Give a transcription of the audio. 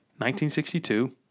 1962